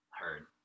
heard